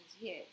yes